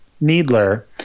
Needler